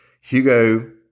hugo